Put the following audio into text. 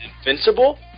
Invincible